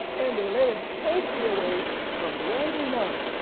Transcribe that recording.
and they let him safely away from the angry mob.